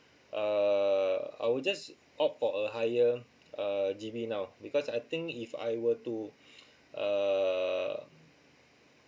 err I would just opt for a higher uh G_B now because I think if I were to err